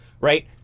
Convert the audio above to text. right